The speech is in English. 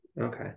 Okay